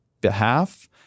behalf